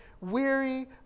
Weary